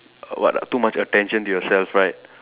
a what ah too much attention to yourself right